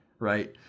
Right